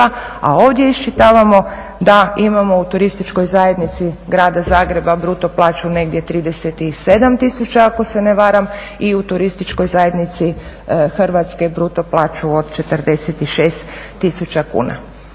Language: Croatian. a ovdje iščitavamo da imamo u Turističkoj zajednici Grada Zagreba bruto plaću negdje 37 tisuća ako se ne varam i u Turističkoj zajednici Hrvatske bruto plaću od 46 tisuća kuna.